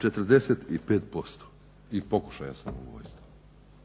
45% i pokušaja samoubojstava.